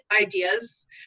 ideas